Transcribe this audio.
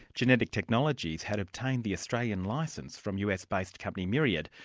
genetic technologies had obtained the australian licence from us-based company myriad,